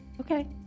Okay